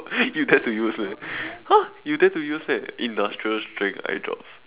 you dare to use meh !huh! you dare to use meh industrial strength eye drops